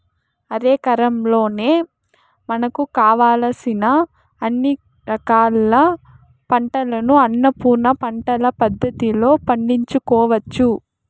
అరెకరంలోనే మనకు కావలసిన అన్ని రకాల పంటలను అన్నపూర్ణ పంటల పద్ధతిలో పండించుకోవచ్చు